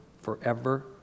forever